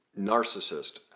narcissist